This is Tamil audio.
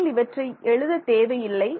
உண்மையில் இவற்றை எழுத தேவை இல்லை